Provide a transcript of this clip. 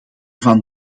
van